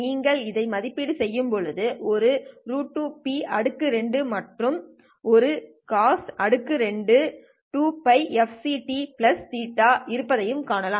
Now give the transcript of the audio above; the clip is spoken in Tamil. நீங்கள் இதை மதிப்பீடு செய்யும்போது ஒரு √2 மற்றும் ஒரு Cos22Πfct θ இருப்பதையும் காணலாம்